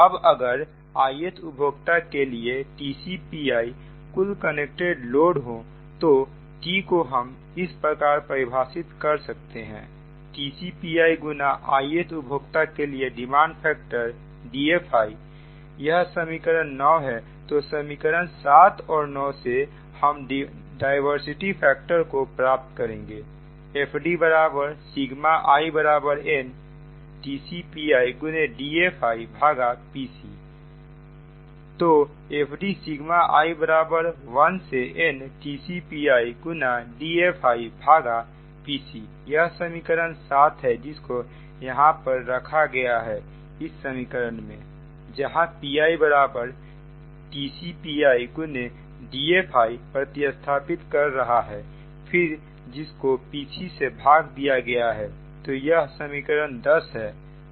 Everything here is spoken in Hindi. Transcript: अब अगर i th उपभोक्ता के लिए TCPi कुल कनेक्टेड लोड हो तो T को हम इस प्रकार परिभाषित कर सकते हैं TCPi गुना i th उपभोक्ता का डिमांड फैक्टर DFi यह समीकरण 9 है तो समीकरण 7 और 9 से हम डायवर्सिटी फैक्टर को प्राप्त करेंगे FDतो FD सिगमा i1 से n TCPi गुना DFi भागा Pc यह समीकरण 7 है जिसको यहां पर रखा गया है इस समीकरण में जहां pi Tc pi × DFi प्रतिस्थापित कर रहा है फिर जिसको Pc से भाग दिया गया है तो यह समीकरण 10 है